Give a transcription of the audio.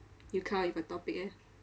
you come up with a topic eh